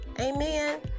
Amen